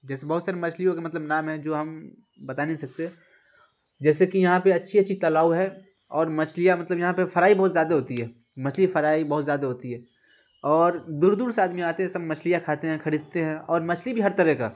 جیسے بہت سارے مچھلیوں کے مطلب نام ہیں جو ہم بتا نہیں سکتے جیسے کہ یہاں پہ اچھی اچھی تالاؤ ہیں اور مچھلیاں مطلب یہاں پہ فرائی بہت زیادہ ہوتی ہے مچھلی فرائی بہت زیادہ ہوتی ہے اور دور دور سے آدمی آتے ہیں سب مچھلیاں کھاتے ہیں خریدتے ہیں اور مچھلی بھی ہر طرح کا